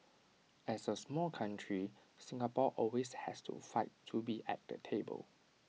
as A small country Singapore always has to fight to be at the table